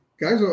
guys